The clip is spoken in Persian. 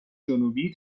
جنوبی